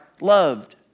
loved